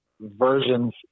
versions